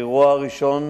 האירוע הראשון